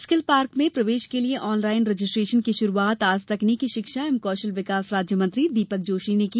skill park में प्रवेश के लिये ऑनलाइन रजिस्ट्रेशन की शुरूआत आज तकनीकी शिक्षा एवं कौशल विकास राज्य मंत्री दीपक जोशी ने की